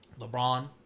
LeBron